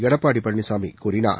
எடப்பாடி பழனிசாமி கூறினார்